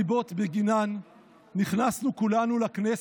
בואו נדבר על הסיבות שבגינן נכנסנו כולנו לכנסת,